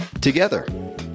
together